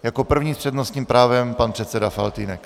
Jako první s přednostním právem pan předseda Faltýnek.